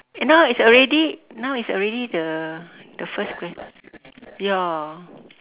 eh now it's already now it's already the the first ya